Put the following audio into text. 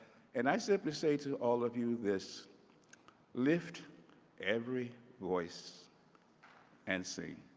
and i simply say to all of you this lift every voice and sing.